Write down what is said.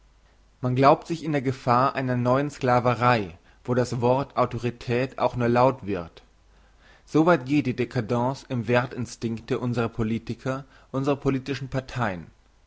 man glaubt sich in der gefahr einer neuen sklaverei wo das wort autorität auch nur laut wird so weit geht die dcadence im werth instinkte unsrer politiker unsrer politischen parteien